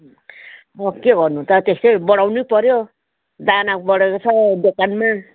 म के भन्नु त त्यसै बढाउनै पर्यो दाना बढेको छ दोकानमा